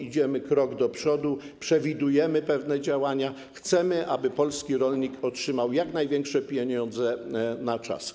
Idziemy krok do przodu, przewidujemy pewne działania, chcemy, aby polski rolnik otrzymał jak największe pieniądze na czas.